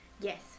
yes